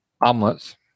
omelets